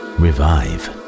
revive